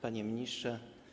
Panie Ministrze!